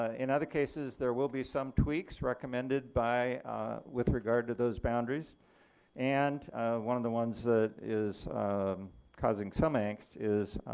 ah in other cases there will be some tweaks recommended with regard to those boundaries and one of the ones that is causing some angst is,